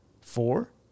Four